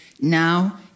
now